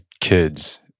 kids